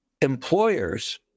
employers